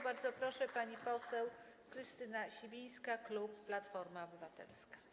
Bardzo proszę, pani poseł Krystyna Sibińska, klub Platforma Obywatelska.